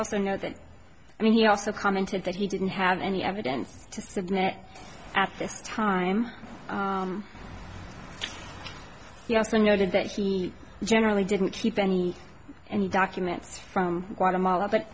also know that and he also commented that he didn't have any evidence to submit at this time he also noted that he generally didn't keep any any documents from guatemala but